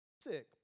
Sick